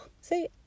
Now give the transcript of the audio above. See